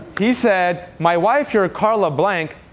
he said my wife here, carla blank,